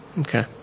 okay